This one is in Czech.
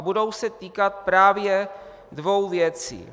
Budou se týkat právě dvou věcí.